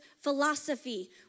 philosophy